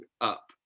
up